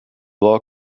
war